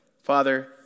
Father